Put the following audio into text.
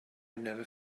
never